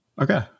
Okay